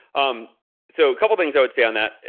um so a couple of things i would say on that.